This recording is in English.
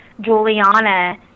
Juliana